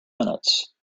minutes